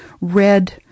red